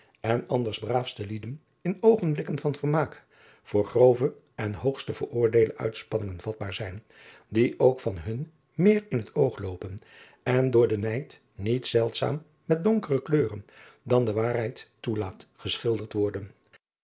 en anders braafste lieden in oogenblikken van vermaak voor grove en hoogst te veroordeelen uitspanningen vatbaar zijn die ook van hun meer in het oog loopen en door den nijd niet zeldzaam met donkerder kleuren dan de waarheid toelaat geschilderd worden